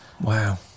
Wow